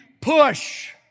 push